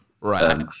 Right